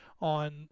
on